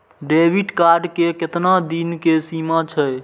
Debit card के केतना दिन के सीमा छै?